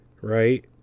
right